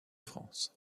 france